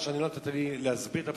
סליחה שלא נתת לי להסביר את הפסוקים,